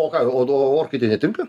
o ką o o orkaitėj netinka